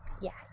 Yes